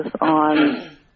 on